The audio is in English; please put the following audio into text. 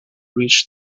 reached